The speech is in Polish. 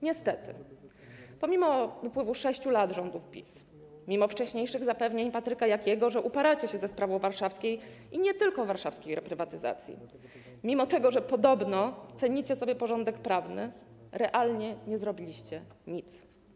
Niestety, mimo upływu 6 lat rządów PiS, mimo wcześniejszych zapewnień Patryka Jakiego, że uporacie się ze sprawą warszawskiej i nie tylko warszawskiej reprywatyzacji, mimo tego że podobno cenicie sobie porządek prawny - realnie nie zrobiliście nic.